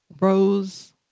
rose